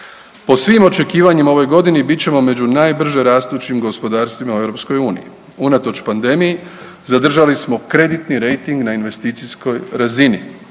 Po svim očekivanjima ove godini, bit ćemo među najbrže rastućim gospodarstvima u EU, unatoč pandemiji, zadržali smo kreditni rejting na investicijskoj razini